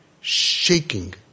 shaking